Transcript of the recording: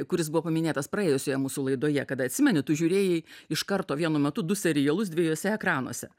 kuris buvo paminėtas praėjusioje mūsų laidoje kada atsimeni tu žiūrėjai iš karto vienu metu du serialus dviejuose ekranuose